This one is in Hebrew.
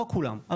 לא כולם,